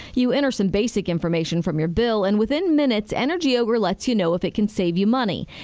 you enter some basic information from your bill, and within minutes, energy ogre lets you know if it can save you money.